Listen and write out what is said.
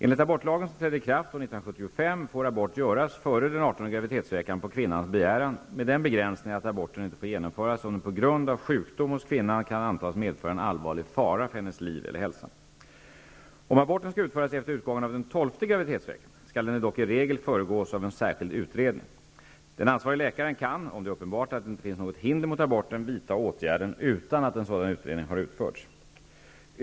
Enligt abortlagen, som trädde i kraft år 1975, får abort göras före den artonde graviditetsveckan på kvinnans begäran med den begränsningen att aborten inte får genomföras om den på grund av sjukdom hos kvinnan kan antas medföra en allvarlig fara för hennes liv eller hälsa. Om aborten skall utföras efter utgången av den tolfte graviditetsveckan skall den dock i regel föregås av en särskild utredning. Den ansvarige läkaren kan, om det är uppenbart att det inte finns något hinder mot aborten, vidta åtgärden utan att en sådan utredning har utförts.